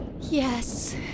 Yes